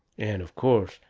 and, of course,